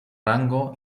rango